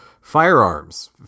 firearms